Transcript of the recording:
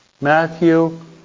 Matthew